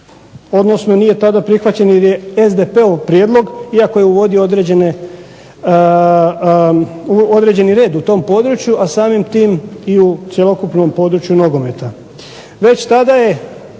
odnosno nije tada prihvaćen jer je SDP-ov prijedlog iako je uvodio određeni red u tom području, a samim tim i u cjelokupnom području nogometa.